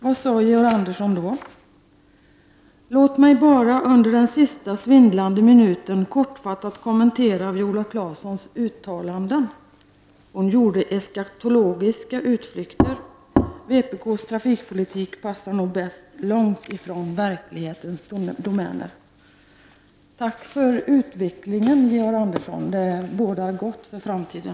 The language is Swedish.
Vad sade Georg Andersson då? ”Låt mig bara under den sista svindlande minuten kortfattat kommentera Viola Claessons uttalanden. Hon gjorde eskatologiska utflykter. Vpk:s trafikpolitik passar nog bäst långt bortifrån verklighetens domäner.” Tack för utvecklingen, Georg Andersson! Det bådar gott för framtiden.